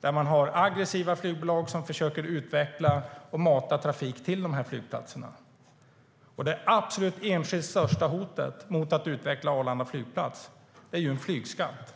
Där har man aggressiva flygbolag som försöker utveckla och mata trafik till dessa flygplatser. Det enskilt största hotet mot att utveckla Arlanda flygplats är en flygskatt.